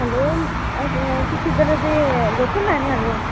hello तुस इद्धर दे लोकल रैहने आह्ले ओ